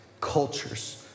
cultures